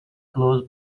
close